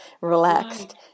relaxed